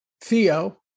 Theo